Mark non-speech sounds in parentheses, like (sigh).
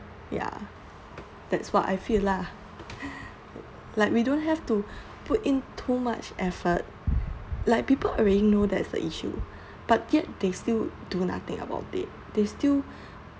ya that's what I feel lah (breath) like we don't have to put in too much effort like people already know that the issue but yet they still do nothing about it they still (breath)